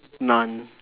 none